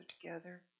together